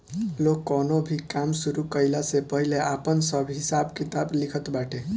लोग कवनो भी काम शुरू कईला से पहिले आपन सब हिसाब किताब लिखत बाटे